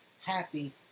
happy